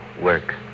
work